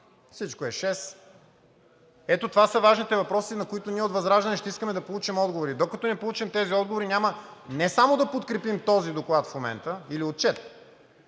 всичко е шест. Ето това са важните въпроси, на които ние от ВЪЗРАЖДАНЕ ще искаме да получим отговори. Докато не получим тези отговори, няма не само да подкрепим този доклад в момента, или отчет,